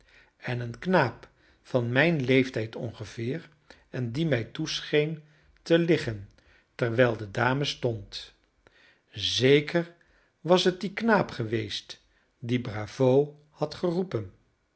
en een knaap van mijn leeftijd ongeveer en die mij toescheen te liggen terwijl de dame stond zeker was het die knaap geweest die bravo had geroepen